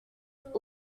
hit